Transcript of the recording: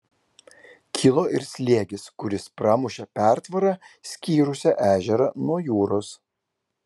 kilo ir slėgis kuris pramušė pertvarą skyrusią ežerą nuo jūros